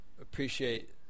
appreciate